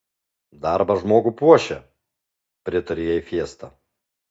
darbas žmogų puošia pritarė jai fiesta